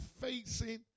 facing